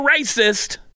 racist